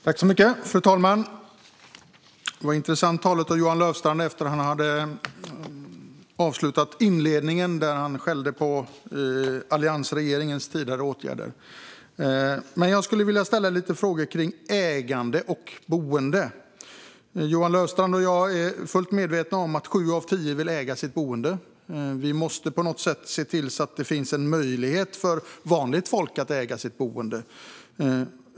Fru talman! Det var ett intressant tal av Johan Löfstrand efter att han hade avslutat inledningen, där han skällde på alliansregeringens tidigare åtgärder. Jag skulle vilja ställa lite frågor kring ägande och boende. Johan Löfstrand och jag är fullt medvetna om att sju av tio vill äga sitt boende. Vi måste på något sätt se till att det finns en möjlighet för vanligt folk att äga sitt boende.